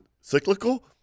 cyclical